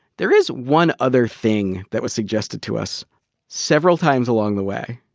there is one other thing that was suggested to us several times along the way.